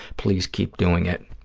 please, keep doing it.